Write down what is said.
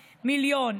מיליון.